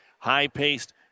high-paced